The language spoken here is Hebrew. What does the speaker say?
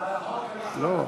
התשע"ב 2012, נתקבלה.